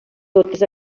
totes